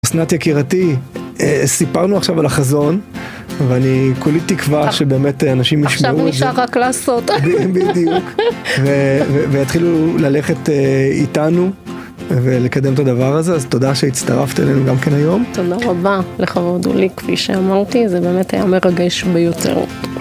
אסנת יקירתי, סיפרנו עכשיו על החזון, ואני כולי תקווה שבאמת אנשים ישמעו את זה. עכשיו נשאר רק לעשות. בדיוק, ויתחילו ללכת איתנו ולקדם את הדבר הזה, אז תודה שהצטרפת אלינו גם כן היום. תודה רבה לכבוד הוא לי, כפי שאמרתי, זה באמת היה מרגש ביותר.